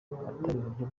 uburyo